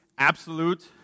absolute